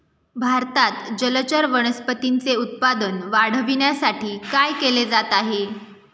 भारतात जलचर वनस्पतींचे उत्पादन वाढविण्यासाठी काय केले जात आहे?